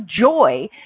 joy